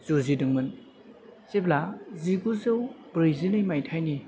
जुजिदोंमोन जेब्ला जिगुजौ ब्रैजि मायथाइनि